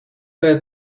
there